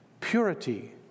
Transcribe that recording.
Purity